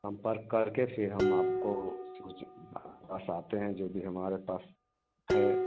संपर्क करके फिर हम आपको कुछ बस आते हैं जो भी हमारे पास है